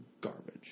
garbage